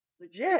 legit